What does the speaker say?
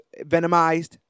Venomized